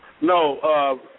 No